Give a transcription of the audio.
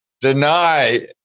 deny